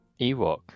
Ewok